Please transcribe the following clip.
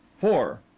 four